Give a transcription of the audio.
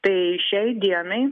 tai šiai dienai